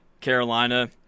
Carolina